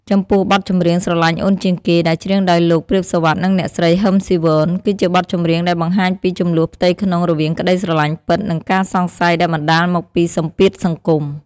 ចំពោះបទចម្រៀង ស្រលាញ់អូនជាងគេ ដែលច្រៀងដោយលោក ព្រាប សុវត្ថិ និងអ្នកស្រី ហ៊ឹម ស៊ីវន គឺជាបទចម្រៀងដែលបង្ហាញពី ជម្លោះផ្ទៃក្នុងរវាងក្តីស្រឡាញ់ពិត និងការសង្ស័យដែលបណ្ដាលមកពីសម្ពាធសង្គម។